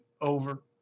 over